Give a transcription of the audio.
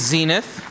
Zenith